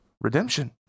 redemption